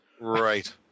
right